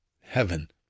heaven